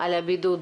על הבידוד.